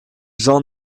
jean